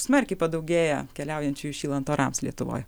smarkiai padaugėja keliaujančiųjų šylant orams lietuvoj